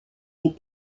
des